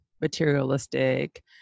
materialistic